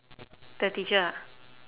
the teacher ah